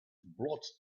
blots